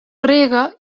rega